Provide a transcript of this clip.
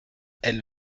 elle